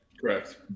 Correct